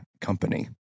company